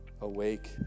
awake